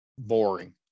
boring